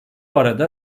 arada